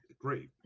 great